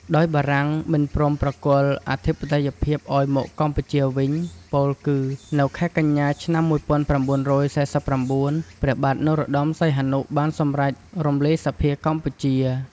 ដោយបារាំងមិនព្រមប្រគល់អធិបតេយ្យភាពឱ្យមកកម្ពុជាវិញ ពោលគឺ នៅខែកញ្ញា ឆ្នាំ ១៩៤៩ ព្រះបាទនរោត្តមសីហនុ បានសំរេចរំលាយសភាកម្ពុជា។